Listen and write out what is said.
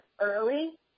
early